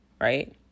right